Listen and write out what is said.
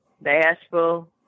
bashful